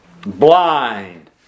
Blind